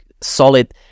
solid